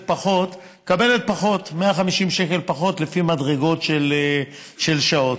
מקבלת פחות, 150 שקל פחות, לפי מדרגות של שעות.